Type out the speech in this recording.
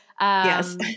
Yes